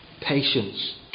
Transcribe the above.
patience